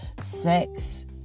Sex